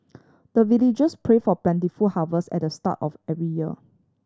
the villagers pray for plentiful harvest at the start of every year